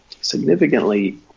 significantly